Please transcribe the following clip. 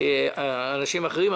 אנשים אחרים.